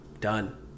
Done